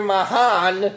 Mahan